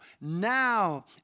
now